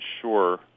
sure